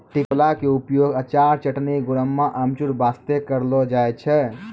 टिकोला के उपयोग अचार, चटनी, गुड़म्बा, अमचूर बास्तॅ करलो जाय छै